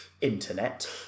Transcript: Internet